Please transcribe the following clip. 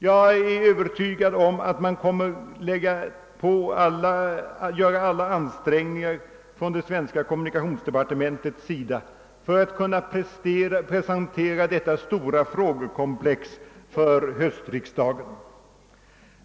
Jag är övertygad om att man kommer att göra alla ansträngningar inom det svenska kommunikationsdepartementet för att kunna presentera detta stora frågekomplex för höstriksdagen.